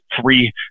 three